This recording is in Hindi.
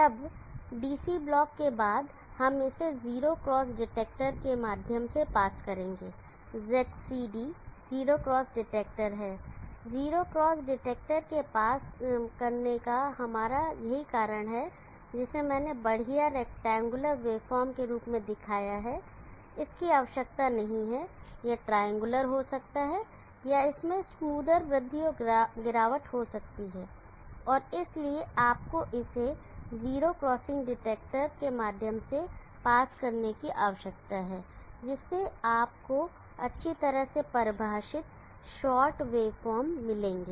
तब DC ब्लॉक के बाद हम इसे जीरो क्रॉस डिटेक्टर के माध्यम से पास करेंगे ZCD जीरो क्रॉस डिटेक्टर है जीरो क्रॉस डिटेक्टर से पास करने का हमारा यही कारण है जिसे मैंने बढ़िया रैक्टेंगुलर वेवफॉर्म के रूप में दिखाया है इसकी आवश्यकता नहीं है यह ट्रायंगुलर हो सकता है या इसमें स्मूदर वृद्धि और गिरावट हो सकती है और इसलिए आपको इसे जीरो क्रॉसिंग डिटेक्टर के माध्यम से पास करने की आवश्यकता है जिससे आपको अच्छी तरह से परिभाषित शार्ट वेवफॉर्म्स मिलेंगे